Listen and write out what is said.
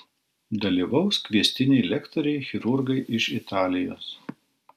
dalyvaus kviestiniai lektoriai chirurgai iš italijos